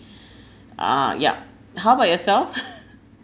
uh yup how about yourself